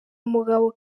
umugabo